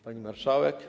Pani Marszałek!